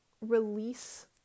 release